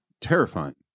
Terrifying